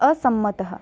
असम्मतः